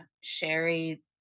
Sherry